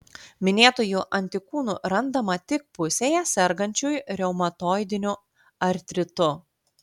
minėtųjų antikūnų randama tik pusėje sergančiųjų reumatoidiniu artritu